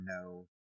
no